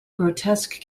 grotesque